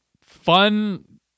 fun